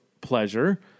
pleasure